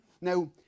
now